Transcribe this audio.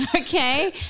okay